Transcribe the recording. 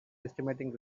estimating